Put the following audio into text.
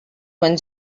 quan